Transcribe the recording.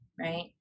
right